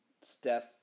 Steph